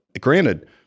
Granted